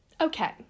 Okay